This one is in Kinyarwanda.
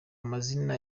amazina